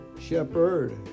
Shepherd